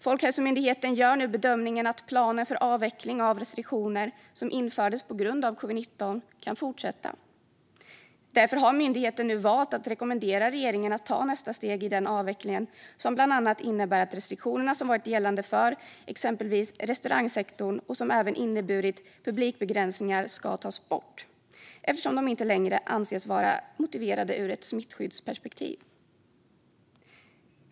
Folkhälsomyndigheten gör nu bedömningen att planen för avveckling av de restriktioner som infördes på grund av covid-19 kan fortsätta. Därför har myndigheten nu valt att rekommendera regeringen att ta nästa steg i den avvecklingen, som bland annat innebär att restriktionerna som varit gällande för exempelvis restaurangsektorn, och som även inneburit publikbegränsningar, ska tas bort eftersom de inte längre anses vara motiverade ur ett smittskyddsperspektiv.